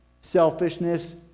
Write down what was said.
selfishness